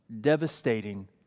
devastating